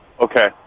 Okay